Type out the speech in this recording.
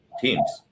teams